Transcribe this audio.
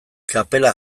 kapela